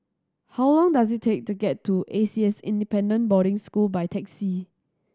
how long does it take to get to A C S Independent Boarding School by taxi